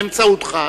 באמצעותך,